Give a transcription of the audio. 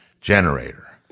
generator